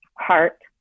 heart